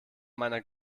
meiner